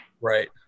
Right